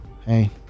hey